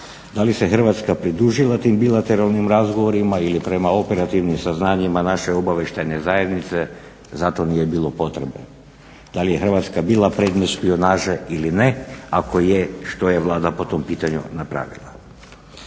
Da li se Hrvatska pridružila tim bilateralnim razgovorima ili prema operativnim saznanjima naše obavještajne zajednice za to nije bilo potrebe. Da li je Hrvatska bila predmet špijunaže ili ne, ako je što je Vlada po tom pitanju napravila.